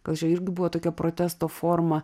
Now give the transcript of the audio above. kad čia irgi buvo tokia protesto forma